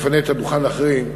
נפנה את הדוכן לאחרים.